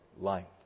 light